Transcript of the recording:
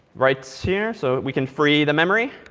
right so here. so we can free the memory.